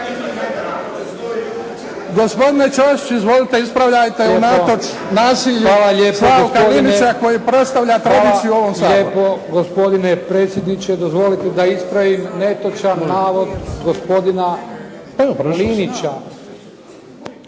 Gospodine Ćosiću izvolite ispravljajte nasilje Slavka Linića koji predstavlja tradiciju ovog Sabora.